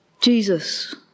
Jesus